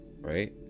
Right